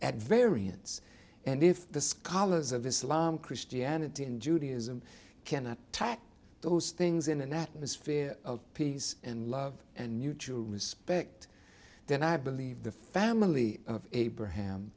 at variance and if the scholars of islam christianity and judaism can attack those things in an atmosphere of peace and love and mutual respect then i believe the family of abraham